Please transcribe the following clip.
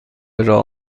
راه